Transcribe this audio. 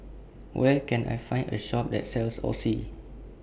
Where Can I Find A Shop that sells Oxy